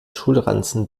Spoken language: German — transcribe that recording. schulranzen